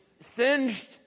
singed